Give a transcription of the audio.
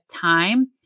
time